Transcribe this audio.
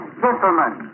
gentlemen